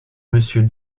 monsieur